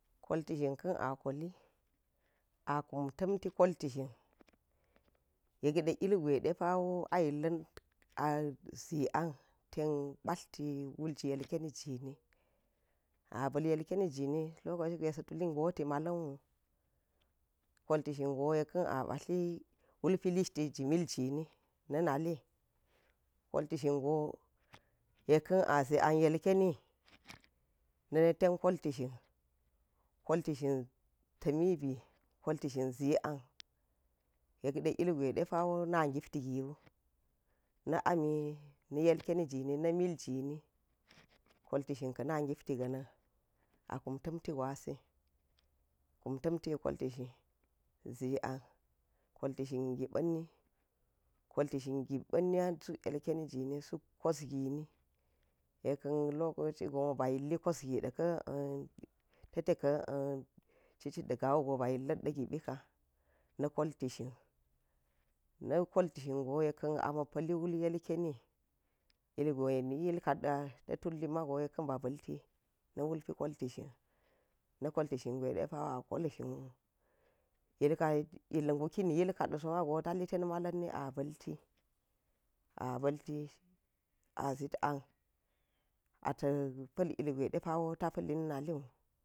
Kolti shinḵan a koli, a kum ta̱mti kolti shin yekɗe ilgwai ɗepa wo a yillan a pa̱tti wulji ilkeni jini aba̱l ilkeni jini loka̱ci gwa̱i sa̱ tuli goti ma̱la̱nwu, kolti shingo yekka a pa̱lti kulpi lishti ji na̱ ṉalin kolti shingo yekkan azi an yilkeni na̱ ṉa ten kolti shin kolti shin ta̱mibi kolti shin zi an, yekde ilgwa̱i ɗepa̱ wo na̱ gipti giwu, na̱ ami na̱ yikenijini, na̱ miljini, koltishin ka̱ṉa gipti ga̱nan akum ta̱mti gwa̱si, a kum tamti koltishin, zi an kolti shin giba̱nni, koltishi giba̱nni ha̱r suk ilkeni jini suk kosgini, yekka̱n lokoci gonwo ba̱ tuli kos gi ɗa̱ka̱ cicit ɗa̱ ga̱ wugo ba̱ yilla̱t gibika̱, na̱ kolti shin, na koltishin go yekkan ama̱ pa̱li klul yukeni ilgwai ni ilka da ta̱ tulli ma̱go yekka̱n ba̱ ba̱lti na̱ wulpi kolti shin, na̱ koltishi gwai depa̱ wo a kol ka̱ shinwu nka̱ illa̱ suki ni ilka̱ ɗaso ma̱go ta̱ latest ma̱la̱nni a balti a ba̱lti a zet an ala̱ pa̱l ilgwa̱i depawo ta̱ pa̱lli na̱liu